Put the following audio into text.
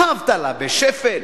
האבטלה בשפל,